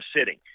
sitting